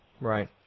Right